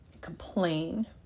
complain